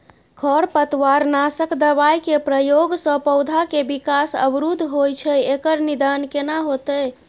खरपतवार नासक दबाय के प्रयोग स पौधा के विकास अवरुध होय छैय एकर निदान केना होतय?